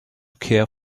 care